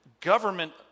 government